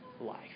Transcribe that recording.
life